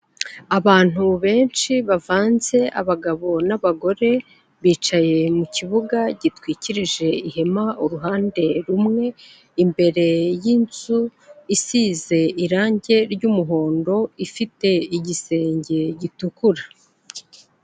Abantu benshi bavanze abagabo n'abagore, bicaye mu kibuga gitwikirije ihema uruhande rumwe, imbere y'inzu isize irangi ry'umuhondo, ifite igisenge gitukura.